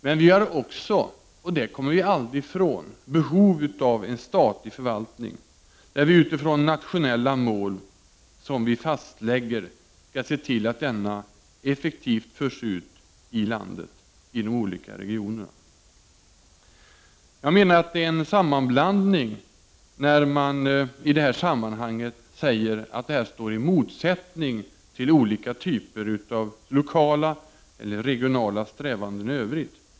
Men vi har också, och det kommer vi aldrig ifrån, behov av en statlig förvaltning, och vi skall med hänsyn till de nationella mål som vi fastlägger, se till att denna effektivt förs ut i de olika regionerna i landet. Jag menar att det är en sammanblandning när man i de här sammanhangen säger att detta står i motsättning till olika typer av lokala eller regionala strävanden i övrigt.